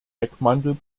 deckmantel